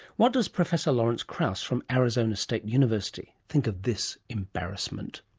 what does professor lawrence krauss from arizona state university think of this embarrassment?